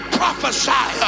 prophesy